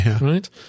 right